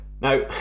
Now